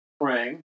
praying